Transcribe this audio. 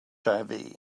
hiv